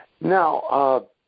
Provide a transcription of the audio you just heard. Now